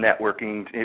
networking